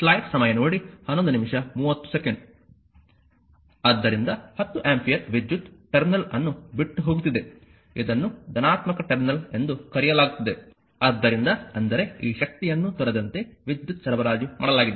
ಆದ್ದರಿಂದ 10 ಆಂಪಿಯರ್ ವಿದ್ಯುತ್ ಟರ್ಮಿನಲ್ ಅನ್ನು ಬಿಟ್ಟು ಹೋಗುತ್ತಿದೆ ಇದನ್ನು ಧನಾತ್ಮಕ ಟರ್ಮಿನಲ್ ಎಂದು ಕರೆಯಲಾಗುತ್ತದೆ ಆದ್ದರಿಂದ ಅಂದರೆ ಈ ಶಕ್ತಿಯನ್ನು ತೊರೆದಂತೆ ವಿದ್ಯುತ್ ಸರಬರಾಜು ಮಾಡಲಾಗಿದೆ